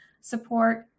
support